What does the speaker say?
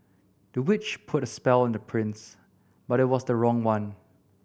the witch put a spell on the prince but it was the wrong one